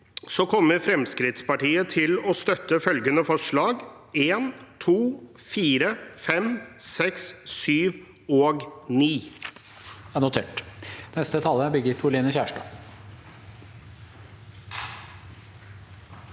kommer Fremskrittspartiet til å støtte følgende forslag: nr. 1–2, 4–7 og 9.